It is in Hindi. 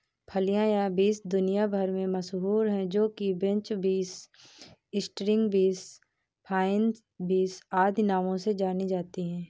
फलियां या बींस दुनिया भर में मशहूर है जो कि French beans, string beans, fine beans आदि नामों से जानी जाती है